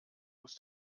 muss